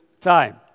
time